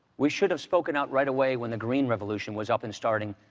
we should have spoken out right away when the green revolution was up and starting,